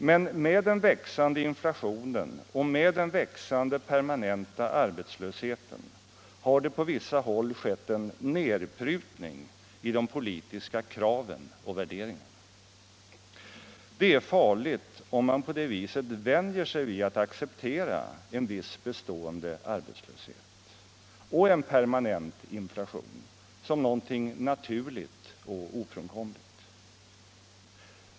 Men med den växande inflationen och med den växande permanenta arbetslösheten har det på vissa håll skett en nedprutning i de politiska kraven och värderingarna. Det är farligt om man på det viset vänjer sig vid att acceptera en viss bestående arbetslöshet och en permanent inflation som något naturligt och ofrånkomligt.